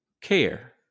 care